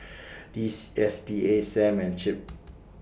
Diss S T A SAM and CIP